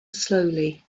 slowly